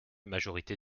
majorité